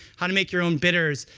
how to make your own bitters.